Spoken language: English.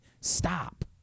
stop